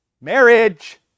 Marriage